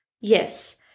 Yes